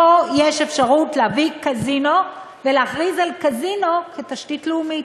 פה יש אפשרות להביא קזינו ולהכריז על קזינו כתשתית לאומית.